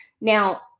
Now